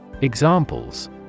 Examples